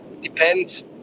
depends